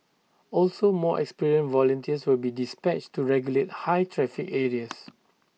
also more experienced volunteers will be dispatched to regulate high traffic areas